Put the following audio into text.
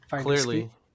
Clearly